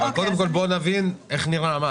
אבל קודם כול, בוא נבין איך נראה המס.